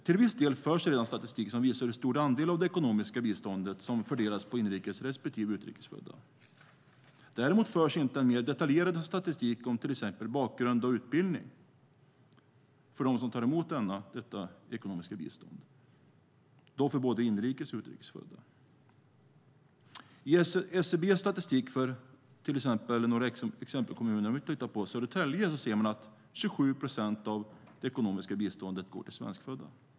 Till viss del förs redan statistik som visar hur stor andel av det ekonomiska biståndet som fördelas på inrikes respektive utrikes födda. Däremot förs inte en mer detaljerad statistik om till exempel bakgrund och utbildning hos dem som tar emot ekonomiskt bistånd. Detta gäller både för inrikes och utrikes födda. Om man tittar på SCB:s statistik för några exempelkommuner ser man att i Södertälje går 27 procent av det ekonomiska biståndet till svenskfödda.